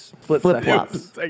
Flip-flops